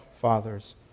fathers